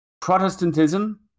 Protestantism